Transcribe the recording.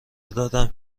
دادم